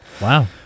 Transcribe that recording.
Wow